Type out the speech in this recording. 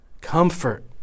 Comfort